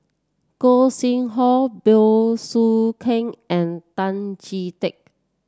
Gog Sing Hooi Bey Soo Khiang and Tan Chee Teck